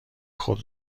خود